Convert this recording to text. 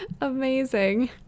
Amazing